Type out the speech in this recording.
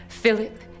Philip